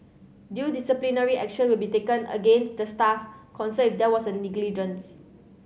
due disciplinary action will be taken against the staff concerned it there was a negligence